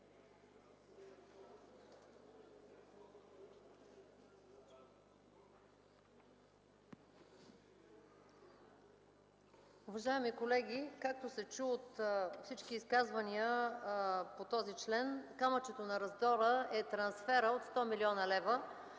Уважаеми колеги, както се чу от всички изказвания по този член, камъчето на раздора е трансферът от 100 млн. лв.,